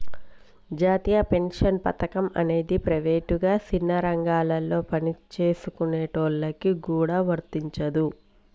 జాతీయ పెన్షన్ పథకం అనేది ప్రైవేటుగా సిన్న రంగాలలో పనిచేసుకునేటోళ్ళకి గూడా వర్తించదు